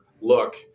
look